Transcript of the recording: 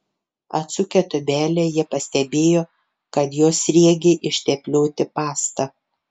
atsukę tūbelę jie pastebėjo kad jos sriegiai išteplioti pasta